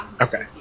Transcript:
Okay